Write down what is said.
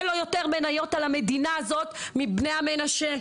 אין לו יותר מניות על המדינה הזאת מבני המנשה,